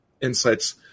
insights